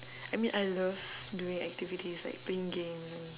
I mean I love doing activities like playing game and